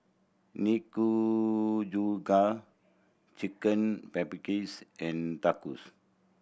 Nikujaga Chicken Paprikas and Tacos